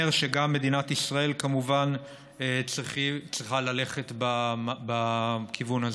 זה אומר שגם מדינת ישראל כמובן צריכה ללכת בכיוון הזה.